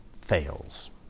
fails